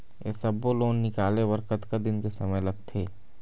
ये सब्बो लोन निकाले बर कतका दिन के समय लगथे?